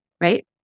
right